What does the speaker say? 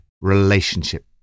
relationship